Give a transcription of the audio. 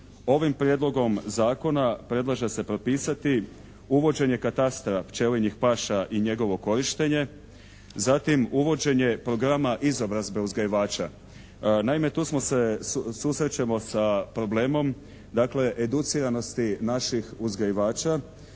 ovim prijedlogom zakona predlaže se propisati uvođenje katastra pčelinjih paša i njegovo korištenje. Zatim uvođenje programa izobrazbe uzgajivača. Naime tu smo se, susrećemo sa problemom dakle educiranosti naših uzgajivača.